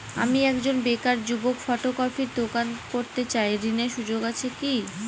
আমি একজন বেকার যুবক ফটোকপির দোকান করতে চাই ঋণের সুযোগ আছে কি?